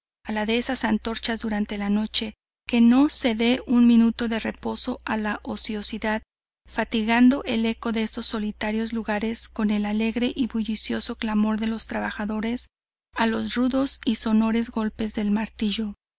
la de las antorchas durante la noche que no se de un minuto de reposo a la ociosidad fatigando el eco de esos solitarios lugares con el alegre y bullicioso clamor de los trabajadores a los rudos y sonoros golpes del martillo